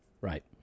right